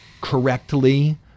correctly